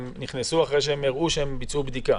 הם נכנסו אחרי שהם הראו שהם ביצעו בדיקה